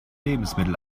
lebensmittel